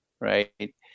right